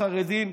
בחרדים,